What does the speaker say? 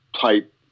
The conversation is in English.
type